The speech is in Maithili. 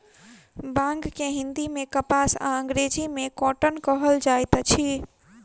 बांग के हिंदी मे कपास आ अंग्रेजी मे कौटन कहल जाइत अछि